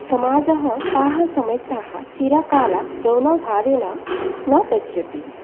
समाजः ताः समस्याः चिरकालात् गौनभावेन न पश्यति